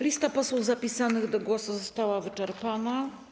Lista posłów zapisanych do głosu została wyczerpana.